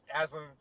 Aslan